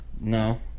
No